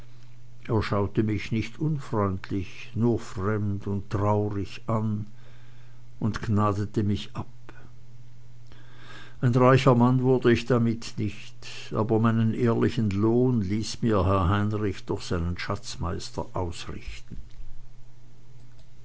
er schaute mich nicht unfreundlich nur fremd und traurig an und gnadete mich ab ein reicher mann wurde ich damit nicht aber meinen ehrlichen lohn ließ mir herr heinrich durch seinen schatzmeister ausrichten